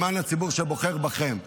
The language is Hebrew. למען הציבור שבוחר בכם,